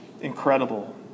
incredible